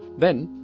then,